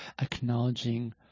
acknowledging